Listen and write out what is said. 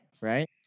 Right